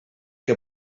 que